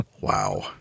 Wow